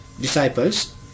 disciples